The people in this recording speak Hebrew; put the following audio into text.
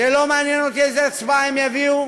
זה לא מעניין אותי איזה הצבעה הם יביאו.